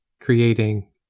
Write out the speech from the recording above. creating